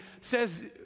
says